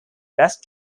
best